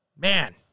Man